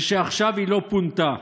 ושעכשיו היא לא פונתה.